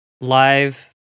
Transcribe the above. live